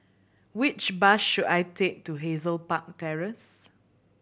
which bus should I take to Hazel Park Terrace